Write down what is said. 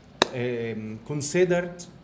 considered